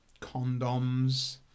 condoms